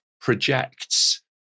projects